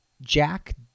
Jack